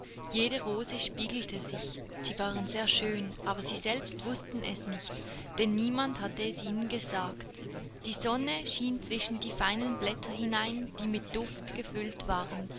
jede rose spiegelte sich sie waren sehr schön aber sie selbst wußten es nicht denn niemand hatte es ihnen gesagt die sonne schien zwischen die feinen blätter hinein die mit duft gefüllt waren